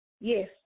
yes